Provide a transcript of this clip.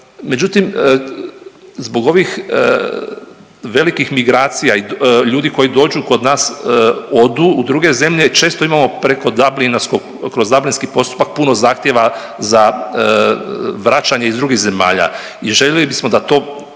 Međutim, zbog ovih velikih migracija i ljudi koji dođu kod nas odu u druge zemlje često imao preko dablinskog, kroz dablinski postupak puno zahtjeva za vraćanje iz drugih zemalja. I željeli bismo da to